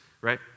right